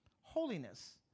Holiness